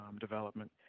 development